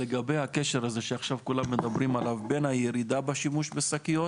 לקשר בין הירידה בשימוש בשקיות